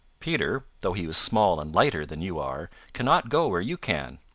peter, though he is small and lighter than you are, cannot go where you can.